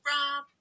Rob